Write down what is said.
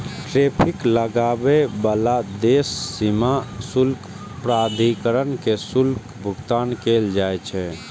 tariff लगाबै बला देशक सीमा शुल्क प्राधिकरण कें शुल्कक भुगतान कैल जाइ छै